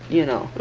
you know.